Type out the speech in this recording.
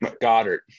Goddard